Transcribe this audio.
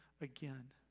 again